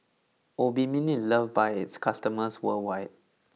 Obimin is loved by its customers worldwide